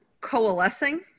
coalescing